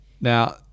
Now